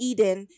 Eden